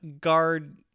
guard